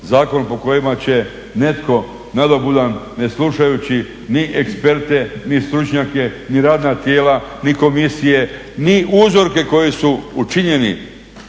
zakon po kojima će netko nadobudan ne slušajući ni eksperte, ni stručnjake, ni radna tijela, ni komisije, ni uzorke koji su učinjeni,